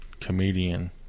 comedian